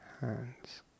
Hands